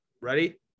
ready